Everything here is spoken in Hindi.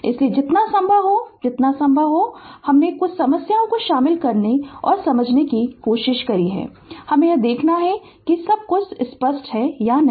इसलिए जितना संभव हो उतना जितना संभव हो हमने समस्याओं को शामिल करने और समझने की कोशिश की है और हमें यह देखना है कि की सब कुछ स्पष्ट है या नहीं